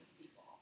people